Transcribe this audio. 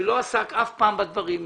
שלא עסק אף פעם בדברים האלה,